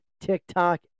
TikTok